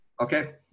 Okay